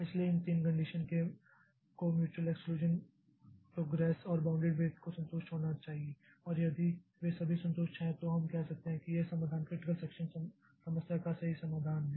इसलिए इन तीन कंडीशन को म्यूचुयल एक्सक्लूषन प्रोग्रेस और बाउंडेड वेट से संतुष्ट होना चाहिए और यदि वे सभी संतुष्ट हैं तो हम कह सकते हैं कि यह समाधान क्रिटिकल सेक्षन समस्या का सही समाधान है